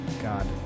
God